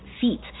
feet